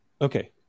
Okay